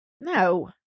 No